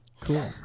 Cool